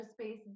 space